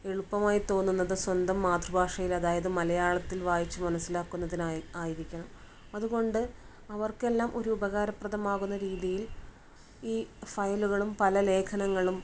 എളുപ്പമായി തോന്നുന്നത് സ്വന്തം മാതൃഭാഷയില് അതായത് മലയാളത്തില് വായിച്ച് മനസിലാക്കുന്നതിനാ ആയിരിക്കണം അതുകൊണ്ട് അവര്ക്ക് എല്ലാം ഒരു ഉപകാരപ്രദമാകുന്ന രീതിയില് ഈ ഫയലുകളും പല ലേഖനങ്ങളും